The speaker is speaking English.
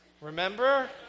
Remember